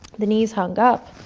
the knees hug up,